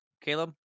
Caleb